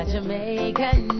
Jamaican